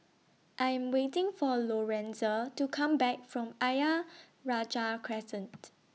I Am waiting For Lorenza to Come Back from Ayer Rajah Crescent